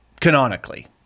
canonically